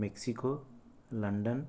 Mexico London